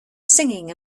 singing